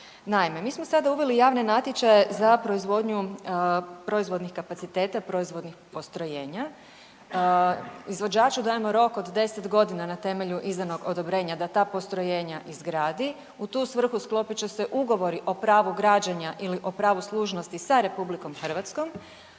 Naime, mi smo sada uveli javne natječaje za proizvodnju proizvodnih kapaciteta, proizvodnih postrojenja, izvođaču dajemo rok od 10.g. na temelju izdanog odobrenja da ta postrojenja izgradi, u tu svrhu sklopit će se ugovori o pravu građenja ili o pravu služnosti sa RH, a ako